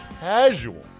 casual